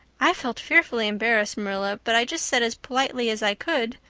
i felt fearfully embarrassed marilla, but i just said as politely as i could,